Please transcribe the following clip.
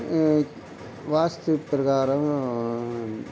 வாஸ்து பிரகாரம்